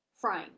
frame